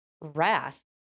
wrath